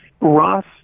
Ross